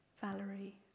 Valerie